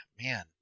man